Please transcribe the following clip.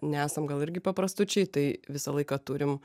nesam gal irgi paprastučiai tai visą laiką turim